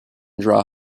draw